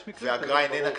יש מקרים כאלה.